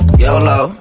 yolo